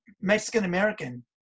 Mexican-American